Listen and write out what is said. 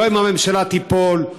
לא אם הממשלה תיפול,